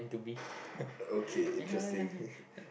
okay interesting